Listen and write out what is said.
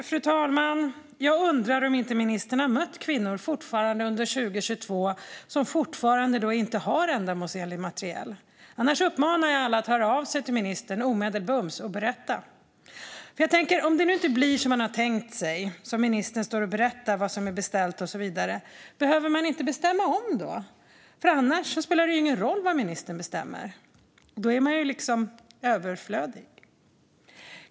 Fru talman! Jag undrar om ministern inte har mött kvinnor som fortfarande under 2022 inte har ändamålsenlig materiel. I så fall uppmanar jag alla att omedelbums höra av sig till ministern och berätta. Om det nu inte blir som man har tänkt sig - ministern står och berättar vad som är beställt och så vidare - behöver man inte bestämma om då? Annars spelar det ju ingen roll vad ministern bestämmer. Då är man liksom överflödig.